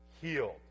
healed